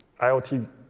IoT